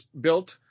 built